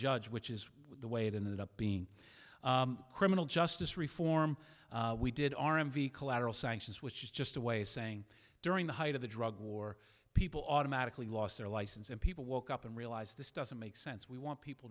judge which is the way it ended up being criminal justice reform we did our m v collateral sanctions which is just a way of saying during the height of the drug war people automatically lost their license and people woke up and realized this doesn't make sense we want people